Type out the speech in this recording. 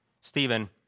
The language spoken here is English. Stephen